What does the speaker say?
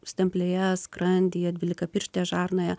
stemplėje skrandyje dvylikapirštėje žarnoje